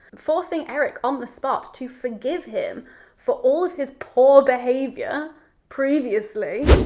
forcing eric on the spot to forgive him for all of his poor behaviour previously.